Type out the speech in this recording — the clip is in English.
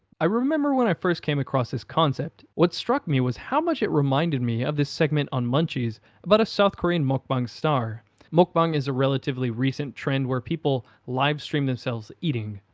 i remember when i first came across this concept, what struck me was how much it reminded me of this segment on munchies about a south korean mukbang star mukbang is a relatively recent trend where people livestream themselves eating.